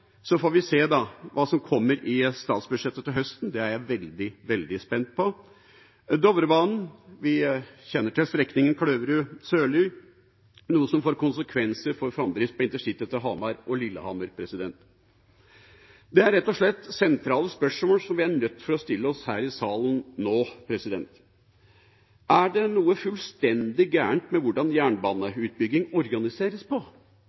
Så får vi se hva som kommer i statsbudsjettet til høsten, det er jeg veldig spent på. Dovrebanen: Vi kjenner til strekningen Kleverud– Sørli, noe som får konsekvenser for framdrift på intercity til Hamar og Lillehammer. Det er rett og slett noen sentrale spørsmål vi er nødt til å stille oss her i salen nå. Er det noe fullstendig galt med måten jernbaneutbygging organiseres på?